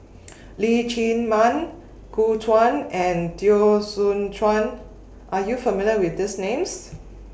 Leong Chee Mun Gu Juan and Teo Soon Chuan Are YOU not familiar with These Names